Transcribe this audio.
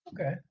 Okay